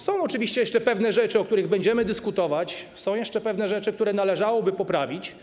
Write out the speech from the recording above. Są oczywiście jeszcze pewne rzeczy, o których będziemy dyskutować, są jeszcze pewne rzeczy, które należałoby poprawić.